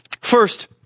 First